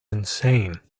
insane